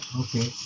Okay